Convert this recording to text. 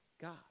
God